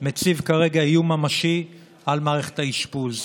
מציב כרגע איום ממשי על מערכת האשפוז.